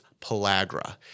pellagra